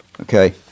okay